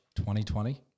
2020